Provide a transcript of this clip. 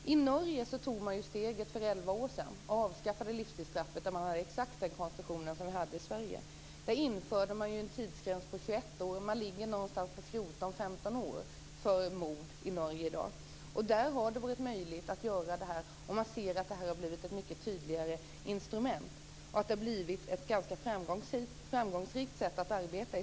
I Norge tog man för elva år sedan steget att avskaffa livstidsstraffet. Man hade där exakt samma konstruktion som vi har i Sverige. Man införde en tidsgräns vid 21 år, och genomsnittsstraffet för mord ligger i Norge i dag på 14-15 år. Detta har varit möjligt att genomföra. Det har blivit ett mycket tydligare instrument, och man har fått ett ganska framgångsrikt sätt att arbeta.